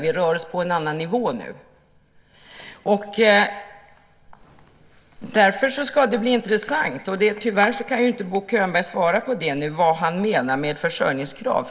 Vi rör oss på en annan nivå nu. Därför skulle det vara intressant, men tyvärr kan inte Bo Könberg svara på det nu, att veta vad han menar med försörjningskrav.